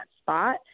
spot